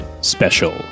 special